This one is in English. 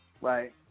right